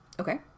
Okay